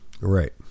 Right